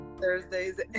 Thursdays